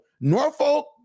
Norfolk